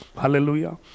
Hallelujah